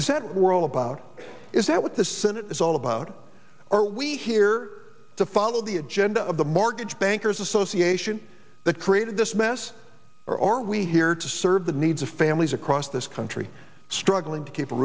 is that world about is that what the senate is all about are we here to follow the agenda of the mortgage bankers association that created this mess or are we here to serve the needs of families across this country struggling to keep a